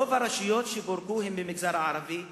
רוב הרשויות שפורקו הן במגזר הערבי,